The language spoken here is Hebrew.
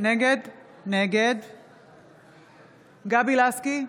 נגד גבי לסקי,